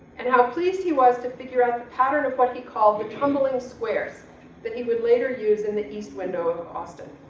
and how pleased he was to figure out the pattern of what he called the tumbling squares that he would later use in the east window of austin.